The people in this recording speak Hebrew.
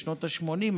בשנות השמונים,